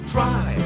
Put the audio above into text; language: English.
Try